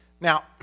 Now